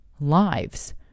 lives